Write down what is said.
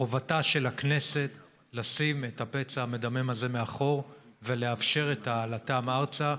חובתה של הכנסת לשים את הפצע המדמם הזה מאחור ולאפשר את העלאתם ארצה.